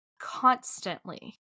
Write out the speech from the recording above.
constantly